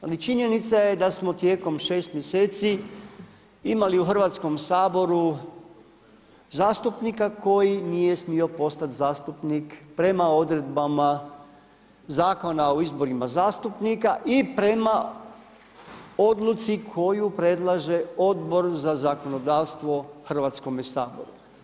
Ali činjenica je da smo tijekom 6 mjeseci imali u Hrvatskom saboru zastupnika koji nije smio postat zastupnik prema odredbama Zakona o izborima zastupnika i prema odluci koju predlaže Odbor za zakonodavstvo Hrvatskome saboru.